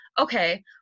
okay